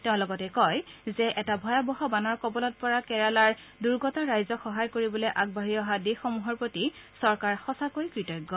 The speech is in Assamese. তেওঁ লগতে কয় যে এটা ভয়াৱহ বানৰ কবলত পৰা কেৰালাৰ দুৰ্গত ৰাইজক সহায় কৰিবলৈ আগবাঢ়ি অহা দেশসমূহৰ প্ৰতি চৰকাৰ সূচাকৈয়ে কৃতজ্ঞ